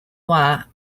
noir